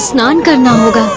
nabhagh ah nabhagh